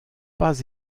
pas